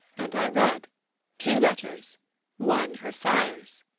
and i read two letters one her sire's.